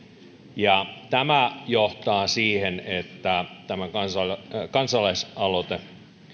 tämä johtaa siihen että tämä kansalaisaloite